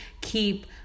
keep